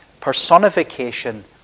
personification